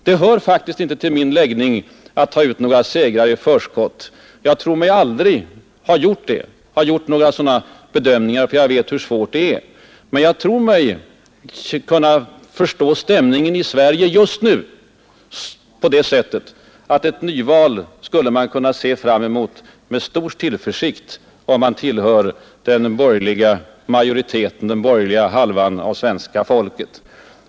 Det hör faktiskt inte till min läggning att ta ut några segrar i förskott: Jag tror mig aldrig ha gjort några sådana bedömningar. Jag vet hur svårt det är. Däremot tror jag mig kunna uppfatta stämningen i Sverige just nu så att ett nyval skulle vi kunna se fram emot med stor tillförsikt, vi som tillhör den borgerliga halvan av svenska folket.